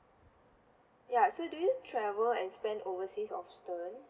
ya so do you travel and spend overseas often